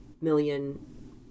million